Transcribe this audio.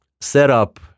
setup